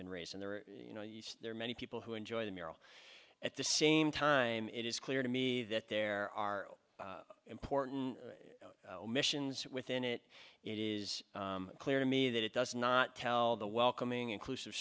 been raised there you know there are many people who enjoy the mural at the same time it is clear to me that there are important missions within it it is clear to me that it does not tell the welcoming inclusive